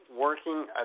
working